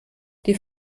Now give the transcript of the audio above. die